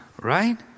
right